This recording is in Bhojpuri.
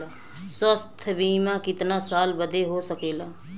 स्वास्थ्य बीमा कितना साल बदे हो सकेला?